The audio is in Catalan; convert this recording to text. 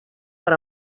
per